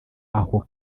ako